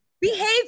behave